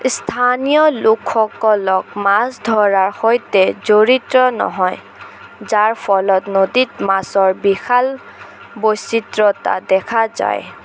স্থানীয় লোকসকল মাছ ধৰাৰ সৈতে জড়িত নহয় যাৰ ফলত নদীত মাছৰ বিশাল বৈচিত্ৰতা দেখা যায়